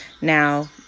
Now